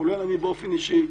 כולל אני באופן אישי,